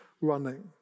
running